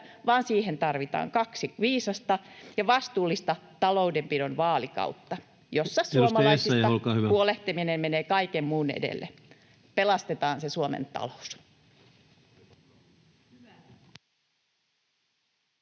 vaan siihen tarvitaan kaksi viisasta ja vastuullista taloudenpidon vaalikautta, joilla suomalaisista huolehtiminen menee kaiken muun edelle. Pelastetaan se Suomen talous.